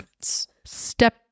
step